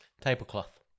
Tablecloth